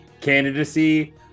candidacy